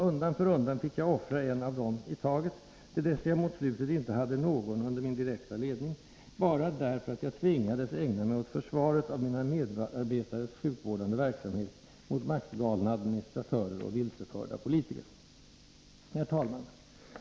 Undan för undan fick jag offra dem, en i taget, till dess att jag mot slutet inte hade någon under min direkta ledning — bara därför att jag tvingades att ägna mig åt försvaret av mina medarbetares sjukvårdande verksamhet mot maktgalna administratörer och vilseförda politiker. Herr talman!